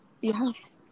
yes